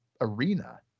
arena